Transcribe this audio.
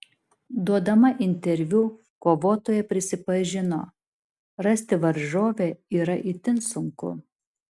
duodama interviu kovotoja prisipažino rasti varžovę yra itin sunku